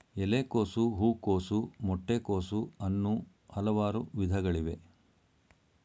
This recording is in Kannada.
ಎಲೆಕೋಸು, ಹೂಕೋಸು, ಮೊಟ್ಟೆ ಕೋಸು, ಅನ್ನೂ ಹಲವಾರು ವಿಧಗಳಿವೆ